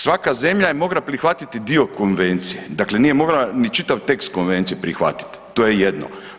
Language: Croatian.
Svaka zemlja je mogla prihvatiti dio konvencije, dakle nije mogla ni čitav tekst konvencije prihvatit, to je jedno.